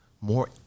more